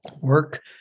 work